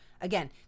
again